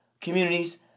communities